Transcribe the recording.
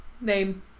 Name